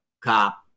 Cop